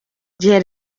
gihe